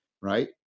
right